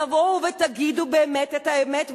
תבואו ותגידו באמת את האמת,